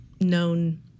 known